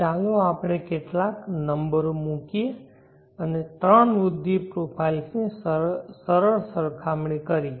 ચાલો આપણે કેટલાક નંબરો મૂકીએ અને ત્રણ વૃદ્ધિ પ્રોફાઇલ્સની સરળ સરખામણી કરીએ